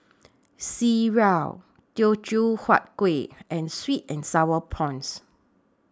Sireh Teochew Huat Kuih and Sweet and Sour Prawns